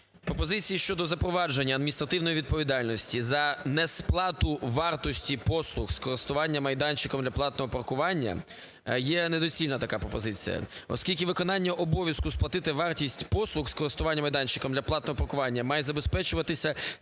Пропозиції щодо запровадження адміністративної відповідальності за несплату вартості послуг з користуванням майданчиком для платного паркування, є недоцільна така пропозиція. Оскільки виконання обов'язку сплатити вартість послуг з користування майданчиком для платного паркування має забезпечуватися